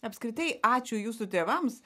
apskritai ačiū jūsų tėvams